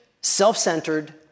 self-centered